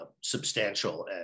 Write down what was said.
substantial